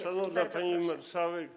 Szanowna Pani Marszałek!